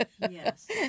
Yes